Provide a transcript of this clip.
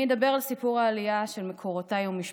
אני אדבר על סיפור העלייה של מקורותיי ומשפחתי.